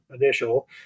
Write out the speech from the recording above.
initial